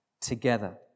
together